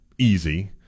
Easy